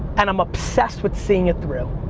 and i'm obsessed with seeing it through.